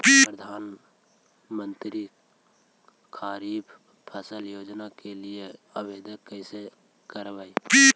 प्रधानमंत्री खारिफ फ़सल योजना के लिए आवेदन कैसे करबइ?